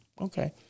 Okay